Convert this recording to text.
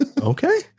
Okay